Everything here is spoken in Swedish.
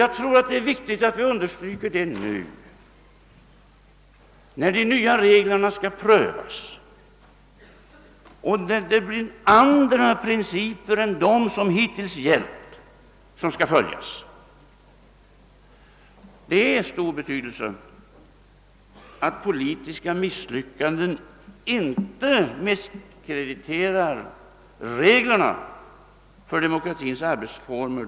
Jag tror det är viktigt att understryka detta nu när de nya reglerna skall prövas och andra principer än de som hittills gällt skall följas. Det är av stor betydelse att politiska misslyckanden inte misskrediterar reglerna för demokratins arbetsformer.